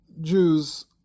Jews